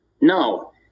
No